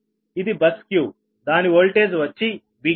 ఇది బస్ qదాని ఓల్టేజ్ వచ్చి Vq